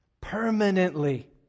permanently